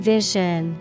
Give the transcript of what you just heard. Vision